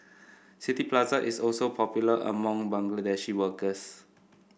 City Plaza is also popular among Bangladeshi workers